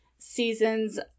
seasons